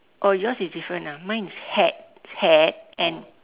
oh yours is different ah mine is hats hat and